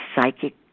psychic